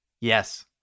Yes